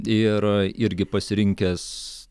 ir irgi pasirinkęs